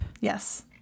Yes